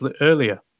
earlier